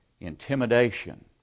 Intimidation